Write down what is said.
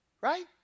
right